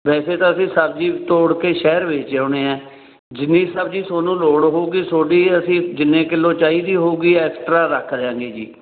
ਵੈਸੇ ਤਾਂ ਅਸੀਂ ਸਬਜ਼ੀ ਤੋੜ ਕੇ ਸ਼ਹਿਰ ਵੇਚ ਆਉਂਦੇ ਹਾਂ ਜਿੰਨੀ ਸਬਜ਼ੀ ਤੁਹਾਨੂੰ ਲੋੜ ਹੋਊਗੀ ਤੁਹਾਡੀ ਅਸੀਂ ਜਿੰਨੇ ਕਿਲੋ ਚਾਹੀਦੀ ਹੋਊਗੀ ਐਕਸਟਰਾ ਰੱਖ ਦਿਆਂਗੇ ਜੀ